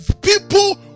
People